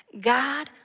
God